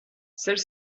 celle